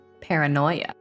paranoia